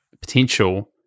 potential